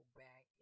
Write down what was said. back